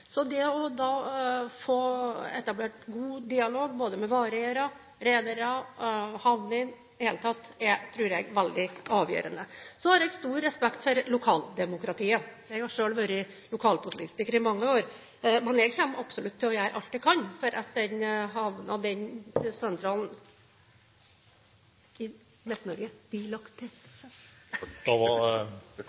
da å få etablert god dialog både med vareeiere, redere og havner i det hele tatt tror jeg er veldig avgjørende. Så har jeg stor respekt for lokaldemokratiet. Jeg har selv vært lokalpolitiker i mange år. Men jeg kommer absolutt til å gjøre alt jeg kan for at den havnen, den sentralen, i Midt-Norge blir lagt